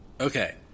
Okay